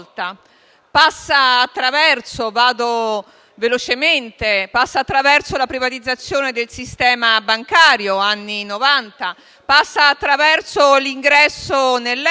passa attraverso la privatizzazione del sistema bancario negli anni Novanta, l'ingresso nell'euro,